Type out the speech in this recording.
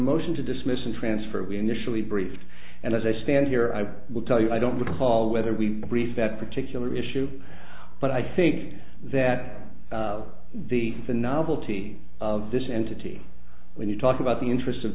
motion to dismiss and transfer we initially briefed and as i stand here i will tell you i don't recall whether we briefed that particular issue but i think that the the novelty of this entity when you talk about the interest of